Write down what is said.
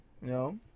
No